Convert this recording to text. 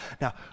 Now